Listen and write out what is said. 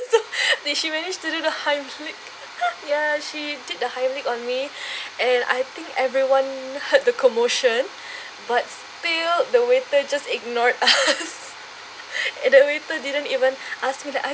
did she managed to do the heimlich ya she did the heimlich on me and I think everyone heard the commotion but still the waiter just ignore us the waiter didn't even asked me like are